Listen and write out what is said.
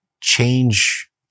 change